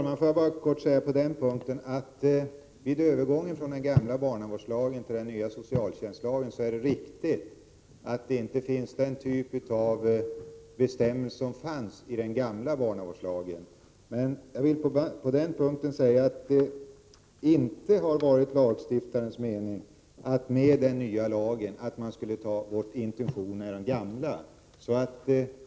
Herr talman! Beträffande övergången från den gamla lagen till den nya lagen är det riktigt att den typ av bestämmelse som fanns i barnavårdslagen inte finns i socialtjänstlagen. Men det har inte varit lagstiftarens mening att man med den nya lagen skulle ta bort de intentioner som fanns i den gamla lagen.